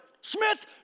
Smith